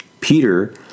Peter